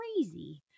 crazy